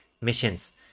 missions